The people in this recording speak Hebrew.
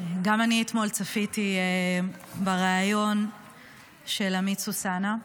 גם אני אתמול צפיתי בריאיון של עמית סוסנה,